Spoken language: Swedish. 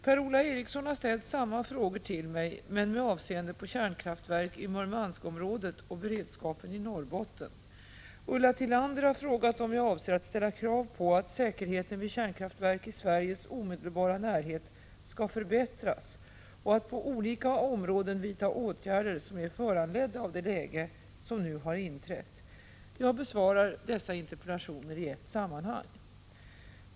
Per-Ola Eriksson har ställt samma frågor till mig, men med avseende på kärnkraftverk i Murmanskområdet och beredskapen i Norrbotten. Ulla Tillander har frågat om jag avser att ställa krav på att säkerheten vid kärnkraftverk i Sveriges omedelbara närhet skall förbättras och att på olika områden vidta åtgärder som är föranledda av det läge som nu har inträtt. Jag besvarar dessa interpellationer i ett sammanhang.